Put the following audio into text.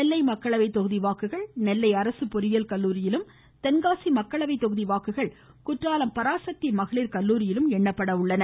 நெல்லை மக்களவை தொகுதி வாக்குகள் நெல்லை அரசு பொறியியல் கல்லூரியிலும் தென்காசி மக்களவை தொகுதி வாக்குகள் குற்றாலம் பராசக்தி மகளிர் கல்லூரியிலும் எண்ணப்படுகின்றன